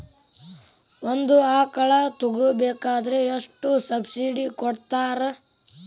ಒಂದು ಆಕಳ ತಗೋಬೇಕಾದ್ರೆ ಎಷ್ಟು ಸಬ್ಸಿಡಿ ಕೊಡ್ತಾರ್?